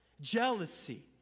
Jealousy